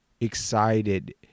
excited